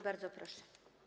Bardzo proszę.